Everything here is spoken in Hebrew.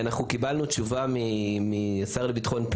הוא ענישה ספציפית על מנת לשמור על הסדר ועל המשמעת בבית הסוהר,